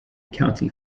county